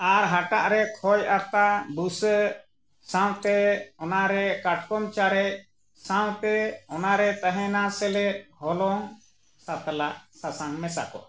ᱟᱨ ᱦᱟᱴᱟᱜ ᱨᱮ ᱠᱷᱳᱭ ᱟᱛᱟ ᱵᱩᱥᱟᱹᱜ ᱥᱟᱶᱛᱮ ᱚᱱᱟᱨᱮ ᱠᱟᱴᱠᱚᱢ ᱪᱟᱨᱮᱡ ᱥᱟᱶᱛᱮ ᱚᱱᱟᱨᱮ ᱛᱟᱦᱮᱸᱱᱟ ᱥᱮᱞᱮᱫ ᱦᱚᱞᱚᱝ ᱥᱟᱛᱞᱟᱜ ᱥᱟᱥᱟᱝ ᱢᱮᱥᱟ ᱠᱚᱜ